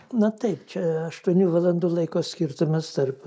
na taip čia aštuonių valandų laiko skirtumas tarp